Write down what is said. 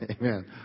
Amen